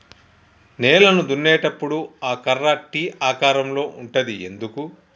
నేలను దున్నేటప్పుడు ఆ కర్ర టీ ఆకారం లో ఉంటది ఎందుకు?